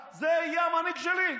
97. זה יהיה המנהיג שלי?